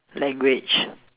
like which